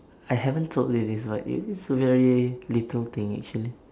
I haven't told you this but it was very little thing actually